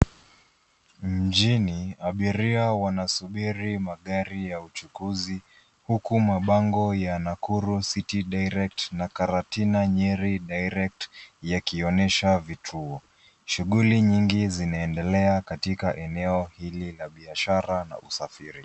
Mjini, abiria wanasubiri magari ya uchukuzi huku mabango ya Nakuru City Direct na Karatina Nyeri Direct yakionyesha vituo, Shughuli nyingi zinaendelea katika eneo hili la biashara na usafiri.